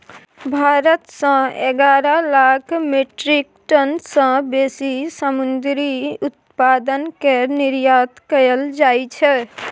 भारत सँ एगारह lakh metric tonne सँ बेसी समुंदरी उत्पाद केर निर्यात कएल जाइ छै